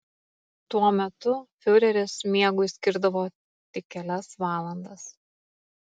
tuo metu fiureris miegui skirdavo tik kelias valandas